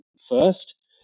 first